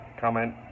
Comment